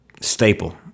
staple